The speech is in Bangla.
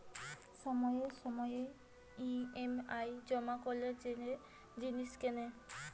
সময়ে সময়ে ই.এম.আই জমা করে যে জিনিস কেনে